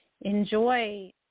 enjoy